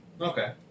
Okay